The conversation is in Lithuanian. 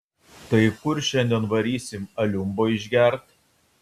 tai kur šiandien varysim aliumbo išgert